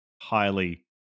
highly